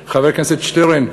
הממשלה, חבר הכנסת שטרן,